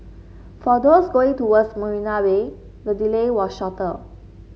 for those going towards Marina Bay the delay was shorter